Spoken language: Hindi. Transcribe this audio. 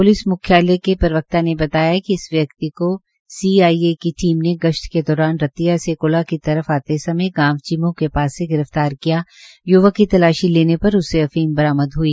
प्लिस मुख्यालय के प्रवक्ता ने बताया कि इस व्यकित को सी आई ऐ की टीम ने गश्त के दौरान रतिया से कुला की तरफ आते समय गांव चिमों के पास से गिरफ्तार किया युवक की तलाशी लेने पर उससे अफीम बरामद ह्ई